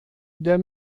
der